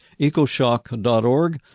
ecoshock.org